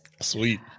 Sweet